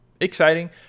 exciting